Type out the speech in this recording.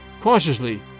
Cautiously